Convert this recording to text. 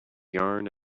yarn